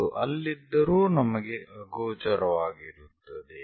ಅದು ಅಲ್ಲಿದ್ದರೂ ನಮಗೆ ಅಗೋಚರವಾಗಿರುತ್ತದೆ